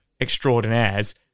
Extraordinaires